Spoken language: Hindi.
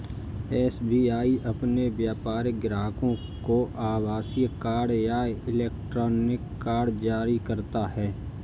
एस.बी.आई अपने व्यापारिक ग्राहकों को आभासीय कार्ड या इलेक्ट्रॉनिक कार्ड जारी करता है